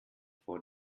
vor